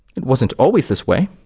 it wasn't always this way.